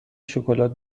شکلات